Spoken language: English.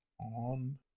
On